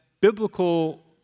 biblical